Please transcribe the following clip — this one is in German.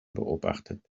beobachtet